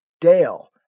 dale